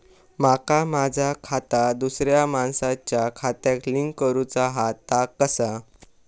माका माझा खाता दुसऱ्या मानसाच्या खात्याक लिंक करूचा हा ता कसा?